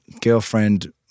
girlfriend